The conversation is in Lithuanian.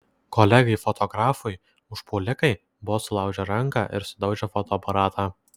kolegai fotografui užpuolikai buvo sulaužę ranką ir sudaužę fotoaparatą